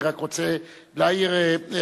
אני רק רוצה להעיר הערה,